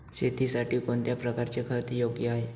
शेतीसाठी कोणत्या प्रकारचे खत योग्य आहे?